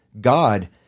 God